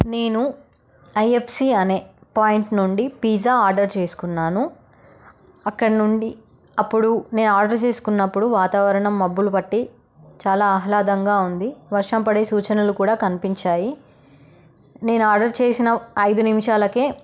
నేను ఐఎఫ్సీ అనే పాయింట్ నుండి పీజ్జా ఆర్డర్ చేసుకున్నాను అక్కడ నుండి అప్పుడు నేను ఆర్డర్ చేసుకున్నప్పుడు వాతావరణం మబ్బులు పట్టి చాలా ఆహ్లాదంగా ఉంది వర్షం పడే సూచనలు కూడా కనిపించాయి నేను ఆర్డర్ చేసిన ఐదు నిమిషాలకే